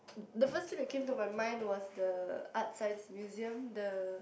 the first thing that came to my mind was the Art Science Museum the